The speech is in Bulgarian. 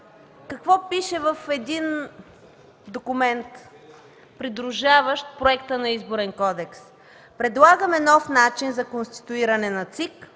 какво пише в един документ, придружаващ проекта на Изборен кодекс: „Предлагаме нов начин за конституиране на